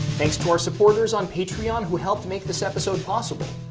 thanks to our supporters on patreon who helped make this episode possible.